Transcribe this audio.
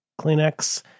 Kleenex